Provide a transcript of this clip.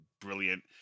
brilliant